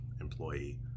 employee